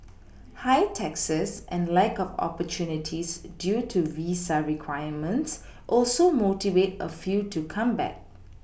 high taxes and lack of opportunities due to visa requirements also motivate a few to come back